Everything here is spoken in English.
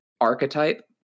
archetype